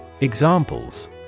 Examples